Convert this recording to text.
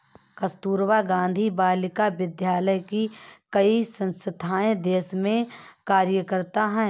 कस्तूरबा गाँधी बालिका विद्यालय की कई संस्थाएं देश में कार्यरत हैं